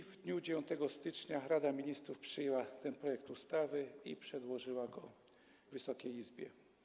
I w dniu 9 stycznia Rada Ministrów przyjęła ten projekt ustawy i przedłożyła go Wysokiej Izbie.